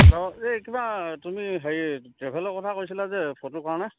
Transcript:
অ এই কিবা তুমি হেৰি ট্ৰেভেলৰ কথা কৈছিলা যে ফটোৰ কাৰণে